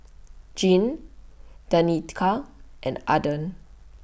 Jean Danica and Aaden